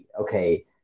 Okay